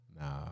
Nah